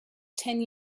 ten